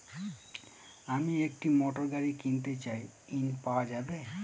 আমি একটি মোটরগাড়ি কিনতে চাই ঝণ পাওয়া যাবে?